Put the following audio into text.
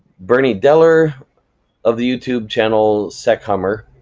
bernie dehler of the youtube channel sechummer